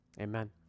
Amen